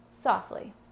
softly